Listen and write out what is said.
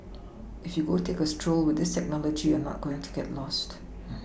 if you go take a stroll with this technology you're not going to get lost